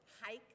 hike